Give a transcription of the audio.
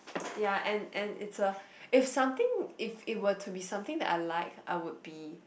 yea and and it's a if something if it were to be something that I like I would be